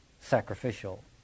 sacrificial